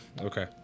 Okay